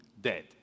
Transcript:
dead